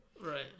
Right